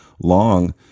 long